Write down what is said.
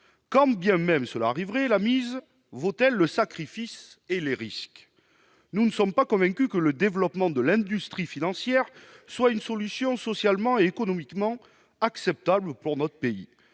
Quand bien même un tel exode aurait lieu, la mise vaut-elle le sacrifice fait et les risques encourus ? Nous ne sommes pas convaincus que le développement de l'industrie financière soit une solution socialement et économiquement acceptable pour notre pays.